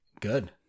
good